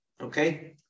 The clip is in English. Okay